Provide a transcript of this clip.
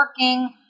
working